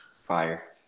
Fire